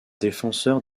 défenseur